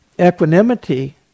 Equanimity